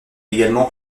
également